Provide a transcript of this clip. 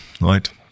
right